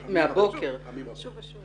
שוב הבוקר והוא לא ענה.